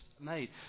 made